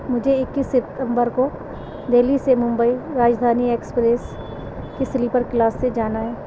مجھے اکیس سپتمبر کو دہلی سے ممبئی راجدھانی ایکسپریس کی سلیپر کلاس سے جانا ہے